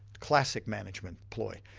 classic management ploy.